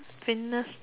fitness